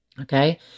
Okay